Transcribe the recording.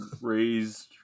raised